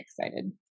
excited